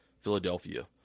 Philadelphia